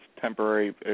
temporary